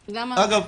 למה?